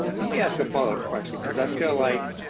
let me ask a follow-up question because i feel like